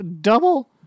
Double